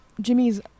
Jimmy's